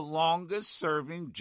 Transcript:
longest-serving